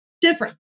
different